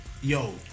Yo